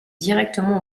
directement